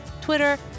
Twitter